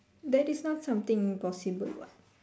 that is not something impossible what